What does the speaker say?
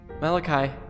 Malachi